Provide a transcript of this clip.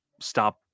stop